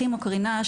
כימו קרינה,